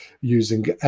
using